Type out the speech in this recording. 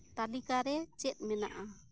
ᱛᱟᱹᱞᱤᱠ ᱟ ᱨᱮ ᱪᱮᱫ ᱢᱮᱱᱟᱜᱼᱟ